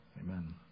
Amen